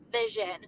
vision